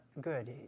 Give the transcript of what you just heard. good